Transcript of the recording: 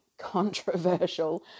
controversial